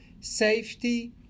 safety